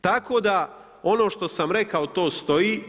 Tako da, ono što sam rekao, to stoji.